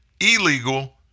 illegal